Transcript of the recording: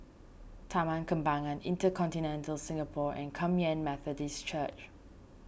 Taman Kembangan Intercontinental Singapore and Kum Yan Methodist Church